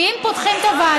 כי אם פותחים את הוועדה,